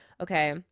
Okay